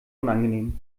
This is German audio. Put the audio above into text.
unangenehm